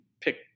pick